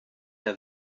der